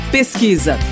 Pesquisa